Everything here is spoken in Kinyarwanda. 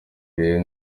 rero